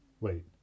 wait